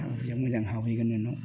मोजां मोजां हाबहैगोन नोंनाव